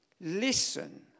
listen